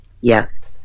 yes